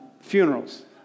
funerals